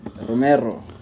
Romero